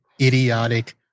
idiotic